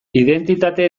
identitate